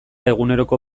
eguneroko